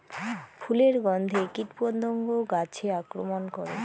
ফুলের গণ্ধে কীটপতঙ্গ গাছে আক্রমণ করে?